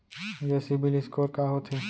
ये CIBIL score का होथे?